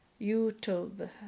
YouTube